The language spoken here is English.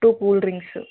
two cool drinks